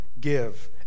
give